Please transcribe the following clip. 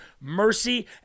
mercy